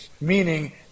meaning